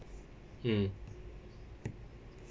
mm